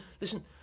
Listen